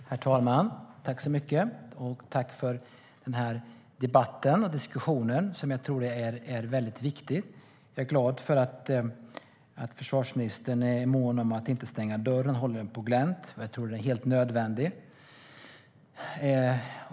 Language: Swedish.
Herr talman! Tack, försvarsministern, för debatten och diskussionen! Jag tror att den är mycket viktig. Jag är glad att försvarsministern är mån om att inte stänga dörren utan hålla den på glänt. Jag tror att det är helt nödvändigt.